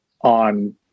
on